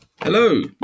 Hello